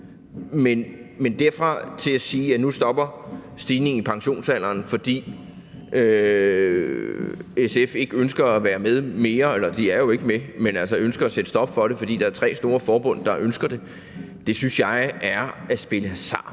Men derfra og til at sige, at nu stopper stigningen i pensionsalderen, fordi SF ikke ønsker at være med mere – eller de er jo ikke med, men de ønsker at sætte en stopper for det, fordi der er tre store forbund, der ønsker det – synes jeg er at spille hasard